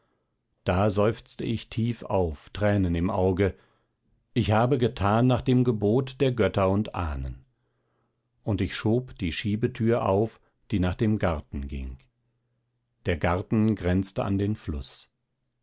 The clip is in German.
da seufzte ich tief auf tränen im auge ich habe getan nach dem gebot der götter und ahnen und ich schob die schiebetür auf die nach dem garten ging der garten grenzte an den fluß